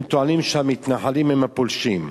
הם טוענים שהמתנחלים הם הפולשים.